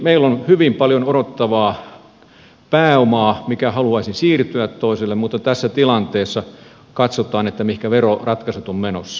meillä on hyvin paljon odottavaa pääomaa mikä haluaisi siirtyä toiselle mutta tässä tilanteessa katsotaan mihinkä veroratkaisut ovat menossa